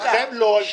הוא